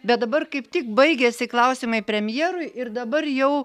bet dabar kaip tik baigiasi klausimai premjerui ir dabar jau